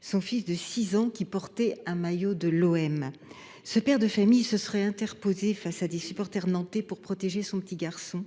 son fils de 6 ans, qui portait un maillot de l’OM. Ce père de famille se serait interposé face à des supporters nantais pour protéger son petit garçon.